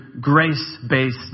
grace-based